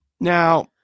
Now